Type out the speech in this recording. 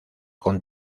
con